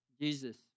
Jesus